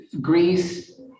Greece